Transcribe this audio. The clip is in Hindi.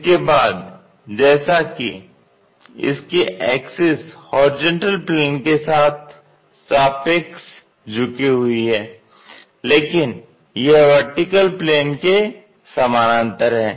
इसके बाद जैसा कि इसकी एक्सिस होरिजेंटल प्लेन के सापेक्ष झुकी हुई है लेकिन यह वर्टिकल प्लेन के समानांतर है